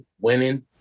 winning